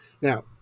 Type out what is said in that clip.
Now